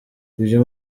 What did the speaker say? ibyo